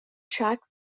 track